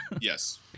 Yes